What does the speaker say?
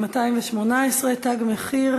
218: "תג מחיר"